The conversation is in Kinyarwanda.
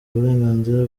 uburenganzira